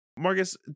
Marcus